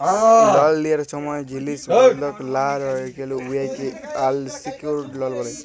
লল লিয়ার ছময় জিলিস বল্ধক লা রাইখলে উয়াকে আলসিকিউর্ড লল ব্যলে